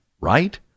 right